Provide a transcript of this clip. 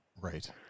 Right